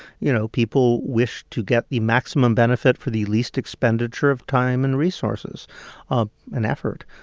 you know, people wish to get the maximum benefit for the least expenditure of time and resources um and effort.